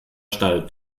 schneidet